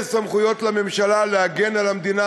יש סמכויות לממשלה להגן על המדינה,